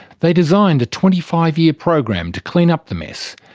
they designed a twenty five year program to clean up the mess,